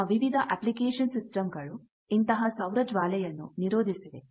ನಮ್ಮ ವಿವಿಧ ಅಪ್ಲಿಕೇಷನ್ ಸಿಸ್ಟಮ್ಗಳು ಇಂತಹ ಸೌರ ಜ್ವಾಲೆಯನ್ನು ನೀರೋಧಿಸಿವೆ